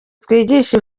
twigisha